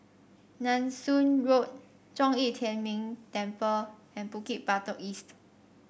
Nanson Road Zhong Yi Tian Ming Temple and Bukit Batok East